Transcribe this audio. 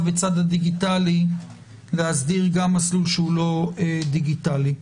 בצד הדיגיטלי להסדיר גם מסלול שאינו דיגיטלי.